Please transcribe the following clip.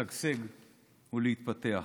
לשגשג ולהתפתח.